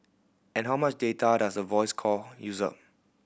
and how much data does a voice call use up